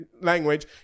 language